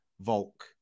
Volk